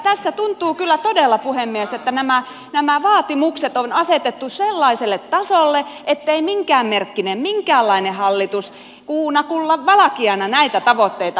tässä tuntuu kyllä todella puhemies että nämä vaatimukset on asetettu sellaiselle tasolle ettei minkään merkkinen minkäänlainen hallitus kuuna kullan valkiana näitä tavoitteita pysty täyttämään